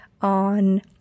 on